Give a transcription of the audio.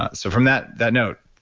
ah so from that that note,